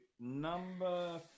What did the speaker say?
number